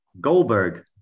goldberg